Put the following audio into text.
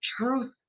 truth